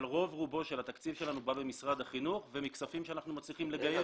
רוב רובו של התקציב שלנו בא ממשרד החינוך ומכספים שאנחנו מצליחים לגייס.